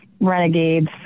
renegades